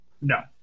No